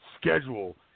schedule